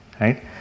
right